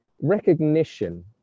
recognition